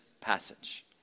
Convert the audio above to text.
passage